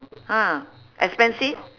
ha expensive